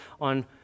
on